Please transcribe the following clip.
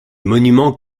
monuments